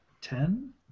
ten